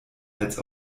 als